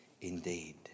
indeed